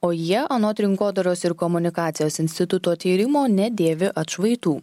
o jie anot rinkodaros ir komunikacijos instituto tyrimo nedėvi atšvaitų